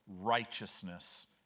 righteousness